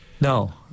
No